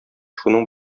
шуның